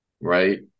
right